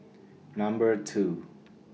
Number two